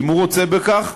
אם הוא רוצה בכך,